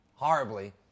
Horribly